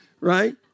right